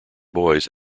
boys